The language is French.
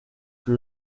que